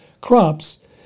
crops